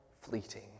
fleeting